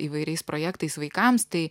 įvairiais projektais vaikams tai